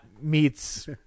meets